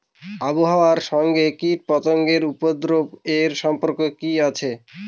আবহাওয়ার সঙ্গে কীটপতঙ্গের উপদ্রব এর সম্পর্ক কি আছে?